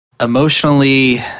emotionally